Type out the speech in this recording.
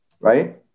right